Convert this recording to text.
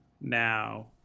now